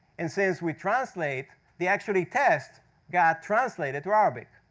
and since we translate, the actually test got translated to arabic.